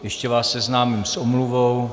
Ještě vás seznámím s omluvou.